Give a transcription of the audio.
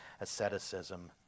asceticism